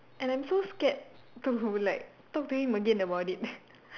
and I'm so scared to like talk to him again about it